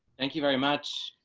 thank you very much.